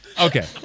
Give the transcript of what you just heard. Okay